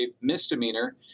misdemeanor